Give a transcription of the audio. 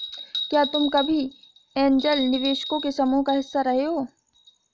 क्या तुम कभी ऐन्जल निवेशकों के समूह का हिस्सा रहे हो?